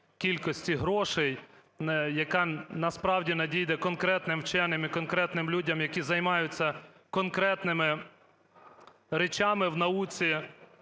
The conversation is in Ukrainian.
кількості грошей, яка насправді надійде конкретним вченим і конкретним людям, які займаються конкретними речами в науці,